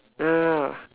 no no no